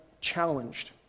challenged